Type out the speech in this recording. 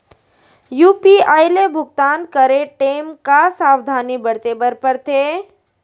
UPI ले भुगतान करे टेम का का सावधानी बरते बर परथे